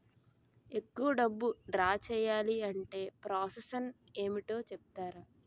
ఎక్కువ డబ్బును ద్రా చేయాలి అంటే ప్రాస సస్ ఏమిటో చెప్తారా?